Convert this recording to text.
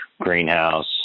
greenhouse